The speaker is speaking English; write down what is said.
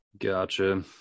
Gotcha